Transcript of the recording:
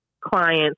clients